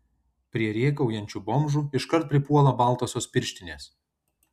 prie rėkaujančių bomžų iškart pripuola baltosios pirštinės